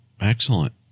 Excellent